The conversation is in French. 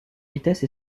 vitesse